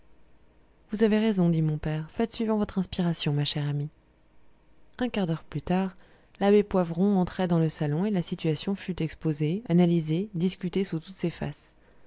vous avez raison dit mon père faites suivant votre inspiration ma chère amie un quart d'heure plus tard l'abbé poivron entrait dans le salon et la situation fut exposée analysée discutée sous toutes ses faces